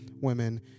women